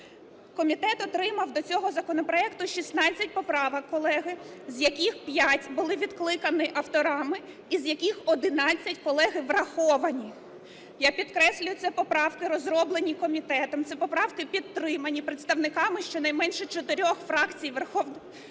Комітет отримав до цього законопроекту 16 поправок, колеги, з яких 5 були відкликані авторами і з яких 11, колеги, враховані. Я підкреслюю, це поправки, розроблені комітетом. Ці поправки підтримані представниками щонайменше 4 фракцій Верховної Ради України.